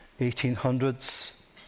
1800s